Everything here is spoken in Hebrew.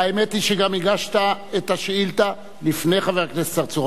האמת היא שגם הגשת את השאילתא לפני חבר הכנסת צרצור,